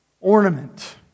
ornament